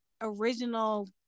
original